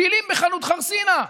פילים בחנות חרסינה.